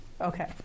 Okay